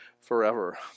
forever